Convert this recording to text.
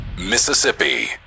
Mississippi